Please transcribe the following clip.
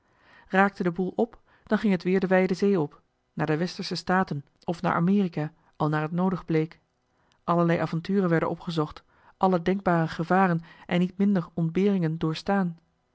raakte de boel op dan ging het weer de wijde zee op naar de westersche staten of naar amerika al naar het noodig bleek allerlei avonturen werden opgezocht alle denkbare gevaren en niet minder ontberingen doorstaan